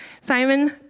Simon